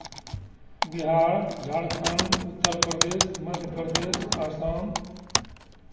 Bihar Jharkhand Uttar Pradesh Madhya Pradesh Assam